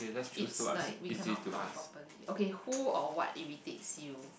it's like we cannot talk properly okay who or what irritates you